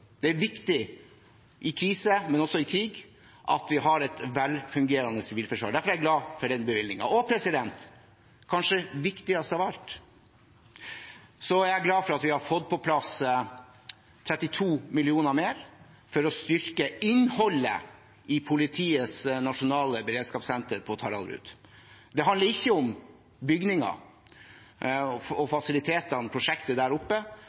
Det er viktig i krise, men også i krig, at vi har et velfungerende sivilforsvar. Derfor er jeg glad for den bevilgningen. Kanskje mest av alt er jeg glad for at vi har fått på plass 32 mill. kr mer for å styrke innholdet i Politiets beredskapssenter på Taraldrud. Det handler ikke om bygninger og fasilitetene i prosjektene der oppe